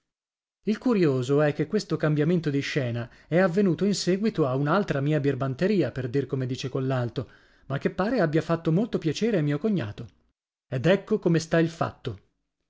il curioso è che questo cambiamento di scena è avvenuto in seguito a un'altra mia birbanteria per dir come dice collalto ma che pare abbia fatto molto piacere a mio cognato ed ecco come sta il fatto